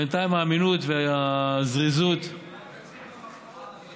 בינתיים, האמינות והזריזות, אל תגזים במחמאות.